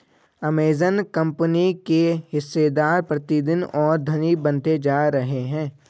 Amazon company के हिस्सेदार प्रतिदिन और धनी बनते जा रहे हैं